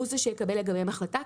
הוא זה שיקבל לגביהם החלטה.